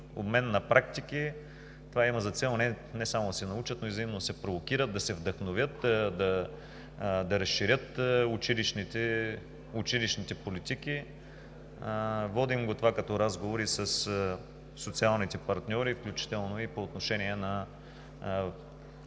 обмен на практики. Това има за цел не само да се научат, но и взаимно да се провокират, да се вдъхновят, да разширят училищните политики. Това го водим като разговори със социалните партньори, включително и по отношение на